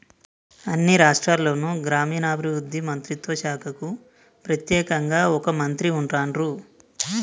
అన్ని రాష్ట్రాల్లోనూ గ్రామీణాభివృద్ధి మంత్రిత్వ శాఖకు ప్రెత్యేకంగా ఒక మంత్రి ఉంటాన్రు